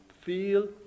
feel